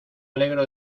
alegro